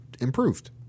Improved